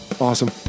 awesome